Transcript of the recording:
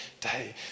day